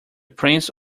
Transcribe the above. prince